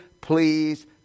Please